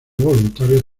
voluntarios